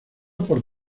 por